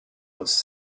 was